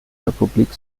republik